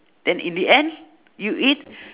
then in the end you eat